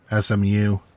SMU